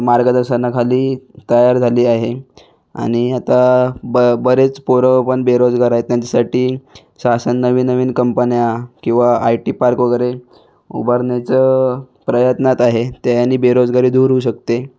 मार्गदर्शनाखाली तयार झाली आहे आणि आता ब बरेच पोरंपण बेरोजगार आहेत त्यांच्यासाठी शासन नवीननवीन कंपन्या किंवा आय टी पार्क वगैरे उभारण्याचं प्रयत्नात आहे तेयानी बेरोजगारी दूर होऊ शकते